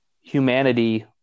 humanity